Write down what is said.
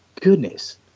goodness